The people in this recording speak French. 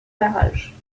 barrage